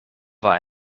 war